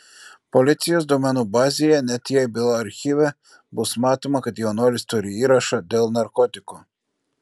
policijos duomenų bazėje net jei byla archyve bus matoma kad jaunuolis turi įrašą dėl narkotikų